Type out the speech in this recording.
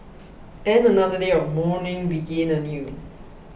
and another day of mourning began anew